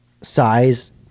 size